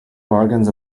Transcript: bargains